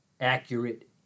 accurate